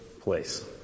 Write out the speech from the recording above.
place